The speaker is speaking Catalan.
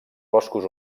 boscos